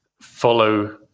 follow